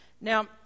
Now